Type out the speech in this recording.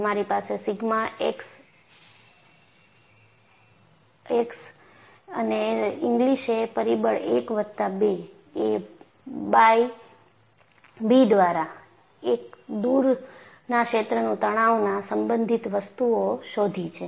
તમારી પાસે sigma x x અને ઈંગ્લીસ એ પરિબળ 1 વત્તા 2 એ બાય બી દ્વારા એક દૂરના ક્ષેત્રનું તણાવના સંબંધિત વસ્તુઓ શોધી છે